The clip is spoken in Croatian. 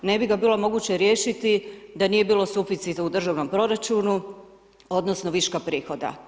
Ne bi ga bilo moguće riješiti da nije bilo suficita u državnom proračunu odnosno viška prihoda.